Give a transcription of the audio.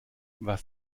was